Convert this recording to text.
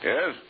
Yes